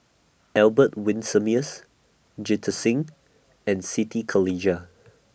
Albert Winsemius Jita Singh and Siti Khalijah